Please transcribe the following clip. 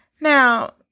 Now